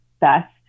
best